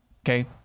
Okay